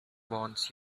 wants